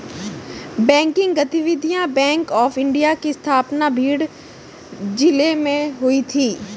banking गतिविधियां bank of India की स्थापना भिंड जिले में हुई थी